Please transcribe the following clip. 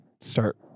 start